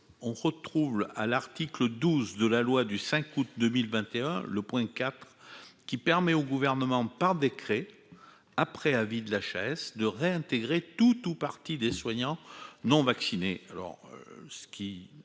on retrouve à l'article 12 de la loi du 5 août 2021, le point cap qui permet au gouvernement par décret après avis de la chaise de réintégrer tout ou partie des soignants non vaccinés